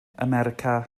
america